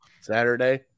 Saturday